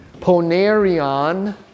Ponerion